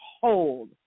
hold